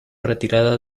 retirada